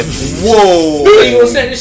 Whoa